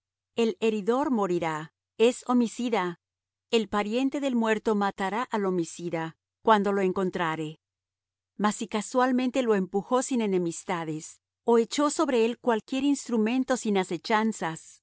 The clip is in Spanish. el heridor morirá es homicida el pariente del muerto matará al homicida cuando lo encontrare mas si casualmente lo empujó sin enemistades ó echó sobre él cualquier instrumento sin asechanzas